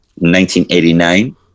1989